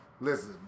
Listen